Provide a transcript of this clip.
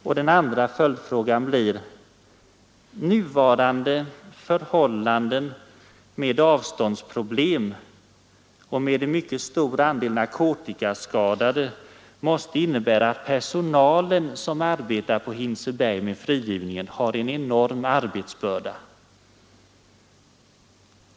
Och den andra följdfrågan blir: Nuvarande förhållanden med avståndsproblemen och med en mycket stor andel narkotikaskadade måste innebära att den personal på Hinseberg som arbetar med frigivningen har en enorm arbetsbörda.